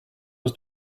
was